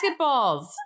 basketballs